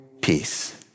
peace